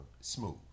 smooth